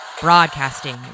Broadcasting